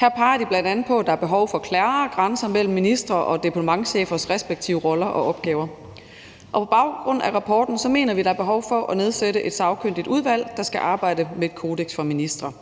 Her peger de bl.a. på, at der er behov for klare grænser mellem ministre og departementschefers respektive roller og opgaver. På baggrund af rapporten mener vi, at der er behov for at nedsætte et sagkyndigt udvalg, der skal arbejde med et kodeks for ministre.